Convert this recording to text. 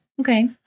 okay